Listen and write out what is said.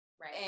Right